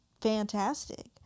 fantastic